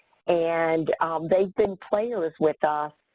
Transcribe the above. and they've been players with us.